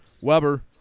Weber